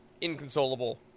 inconsolable